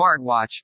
smartwatch